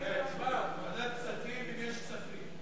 תשמע, ועדת הכספים אם יש כספים.